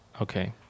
okay